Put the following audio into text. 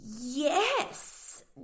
Yes